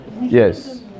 Yes